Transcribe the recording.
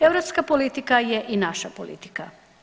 Europska politika je i naša politika.